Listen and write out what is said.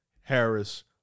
Harris